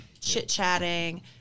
chit-chatting